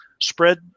spread